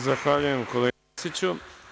Zahvaljujem kolega Arsiću.